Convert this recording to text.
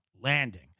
landing